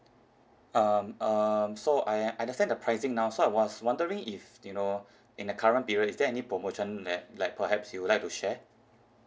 um um so I understand the pricing now so I was wondering if you know in the current period is there any promotion like like perhaps you would like to share